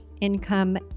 income